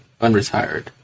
unretired